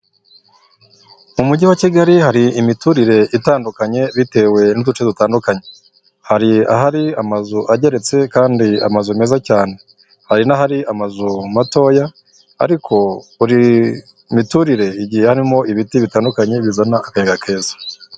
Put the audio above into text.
Mu mujyi wa Kigali hari imiturire itandukanye; bitewe n'uduce dutandukanye, hari ahari amazu ageretse kandi amazu meza cyane, hari n'ahari amazu matoya ariko buri miturire igiye harimo ibiti bitandukanye, bizana akayaga keza.